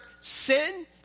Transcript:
sin